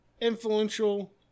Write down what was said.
Influential